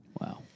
Wow